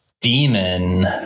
demon